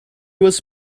was